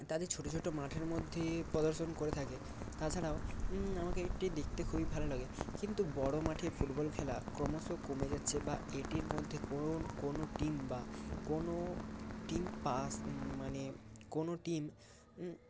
তাদের ছোট ছোট মাঠের মধ্যে প্রদর্শন করে থাকে তাছাড়াও আমাকে একটি দেখতে খুবই ভালো লাগে কিন্তু বড় মাঠে ফুটবল খেলা ক্রমশ কমে যাচ্ছে বা এটির মধ্যে কোনো টিম বা কোনো টিম পাস মানে কোনো টিম